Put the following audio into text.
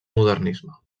modernisme